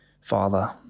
father